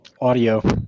Audio